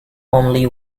only